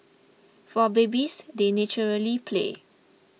for babies they naturally play